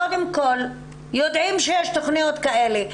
קודם כל, יודעים שיש תכניות כאלה.